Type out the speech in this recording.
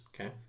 Okay